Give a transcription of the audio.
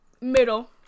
middle